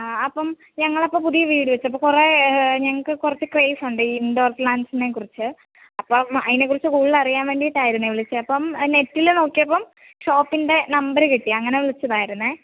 അപ്പം ഞങ്ങളപ്പോൾ പുതിയ വീടുവെച്ചു അപ്പോൾ കുറെ ഞങ്ങൾക്ക് കുറച്ച് ക്രെയ്സ് ഉണ്ടേ ഈ ഇൻഡോർ പ്ലാൻ്റസിനെ കുറിച്ച് അപ്പോൾ അതിനെ കുറിച്ച് കൂടുതൽ അറിയാൻ വേണ്ടിട്ടായിരുന്നു വിളിച്ചത് അപ്പം നെറ്റിൽ നോക്കിയപ്പം ഷോപ്പിൻ്റെ നമ്പർ കിട്ടി അങ്ങനെ വിളിച്ചതായിരുന്നു